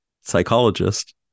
psychologist